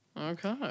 Okay